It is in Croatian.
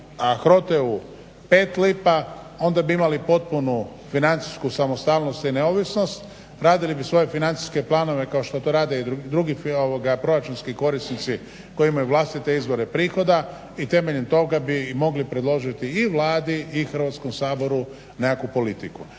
a HROTE-u 5 lipa onda bi imali potpunu financijsku samostalnost i neovisnost, radili bi svoje financijske planove kao što to rade i drugi proračunski korisnici koji imaju vlastite izvore prihoda i temeljem toga bi mogli predložiti i Vladi i Hrvatskom saboru nekakvu politiku.